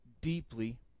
deeply